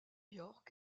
york